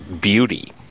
beauty